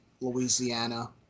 Louisiana